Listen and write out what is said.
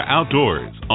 Outdoors